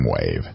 wave